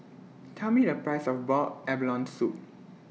Tell Me The Price of boiled abalone Soup